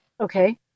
Okay